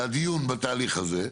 לדיון בתהליך הזה.